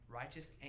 righteous